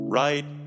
right